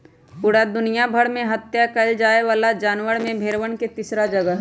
पूरा दुनिया भर में हत्या कइल जाये वाला जानवर में भेंड़वन के तीसरा जगह हई